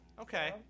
Okay